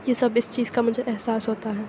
یہ سب اس چیز کا مجھے احساس ہوتا ہے